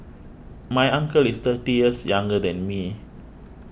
my uncle is thirty years younger than me